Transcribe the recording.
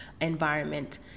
environment